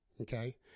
Okay